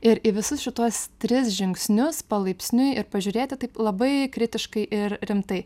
ir į visus šituos tris žingsnius palaipsniui ir pažiūrėti kaip labai kritiškai ir rimtai